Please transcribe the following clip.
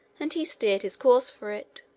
and he steered his course for it.